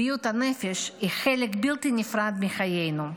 בריאות הנפש היא חלק בלתי נפרד מחיינו,